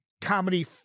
comedy